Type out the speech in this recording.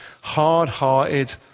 hard-hearted